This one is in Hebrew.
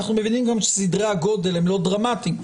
אנחנו מבינים גם שסדרי הגודל הם לא דרמטיים,